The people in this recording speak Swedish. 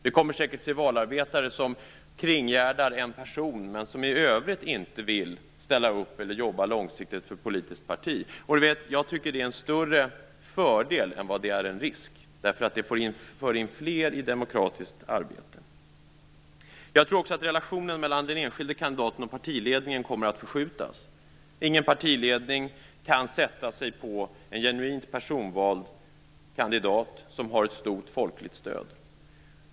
Vi kommer säkert att se valarbetare som kringgärdar en person, men som i övrigt inte vill jobba långsiktigt för ett politiskt parti. Jag tycker att det är en fördel snarare än en risk. Det för in fler i demokratiskt arbete. Jag tror också att relationen mellan den enskilde kandidaten och partiledningen kommer att förskjutas. Ingen partiledning kan sätta sig på en genuint personvald kandidat som har ett stort folkligt stöd.